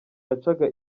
yacaga